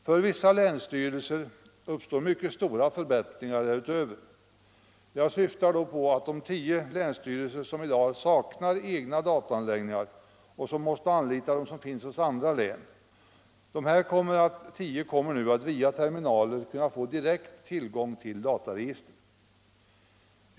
För vissa länsstyrelser uppstår härutöver mycket stora förbättringar. Jag syftar då på de tio länsstyrelser som i dag saknar egna dataanläggningar och måste anlita dem som finns hos andra län. Dessa tio kommer nu att via terminaler få direkt tillgång till dataregister.